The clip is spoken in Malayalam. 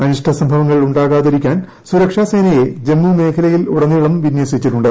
അനിഷ്ട സംഭവങ്ങൾ ഉണ്ടാകാതിരിക്കാൻ സുരക്ഷാ സേനയെ ജമ്മു മേഖലയിലുടനീളം വിന്യസിച്ചിട്ടുണ്ട്